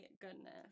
goodness